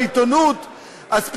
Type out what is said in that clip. בעיתונות,